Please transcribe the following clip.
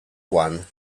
one